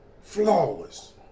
Flawless